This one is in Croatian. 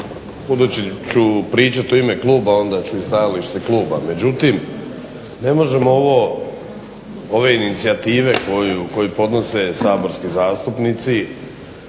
budući ću pričati u ime kluba, onda ću i stajalište kluba. Međutim, ne možemo ovo, ove inicijative koju podnose saborski zastupnici